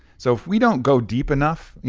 so if we don't go deep enough,